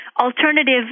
alternative